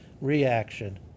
reaction